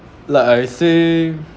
like I say